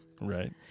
Right